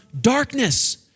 darkness